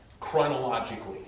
chronologically